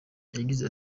yagize